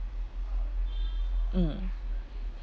mm